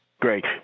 Great